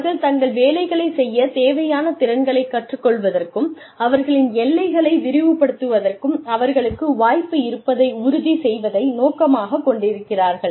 அவர்கள் தங்கள் வேலைகளை செய்யத் தேவையான திறன்களைக் கற்றுக் கொள்வதற்கும் அவர்களின் எல்லைகளை விரிவுபடுத்துவதற்கும் அவர்களுக்கு வாய்ப்பு இருப்பதை உறுதி செய்வதை நோக்கமாகக் கொண்டிருக்கிறார்கள்